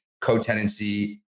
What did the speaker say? co-tenancy